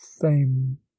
fame